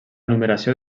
numeració